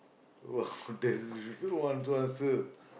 !wah! that's who want to answer